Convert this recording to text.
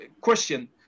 question